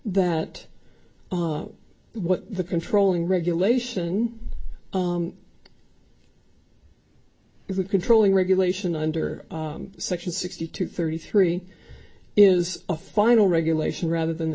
that what the controlling regulation it controlling regulation under section sixty two thirty three is a final regulation rather than the